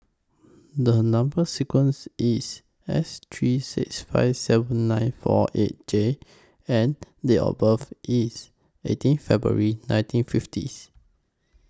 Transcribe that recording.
The Number sequence IS S three six five seven nine four eight J and Date of birth IS eighteen February nineteen fiftieth